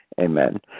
Amen